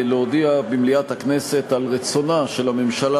להודיע במליאת הכנסת על רצונה של הממשלה